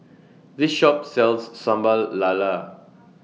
This Shop sells Sambal Lala